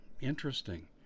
Interesting